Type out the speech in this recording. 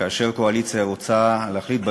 כאשר הקואליציה רוצה להחליט,